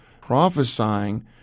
prophesying